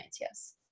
yes